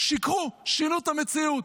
שיקרו, שינו את המציאות.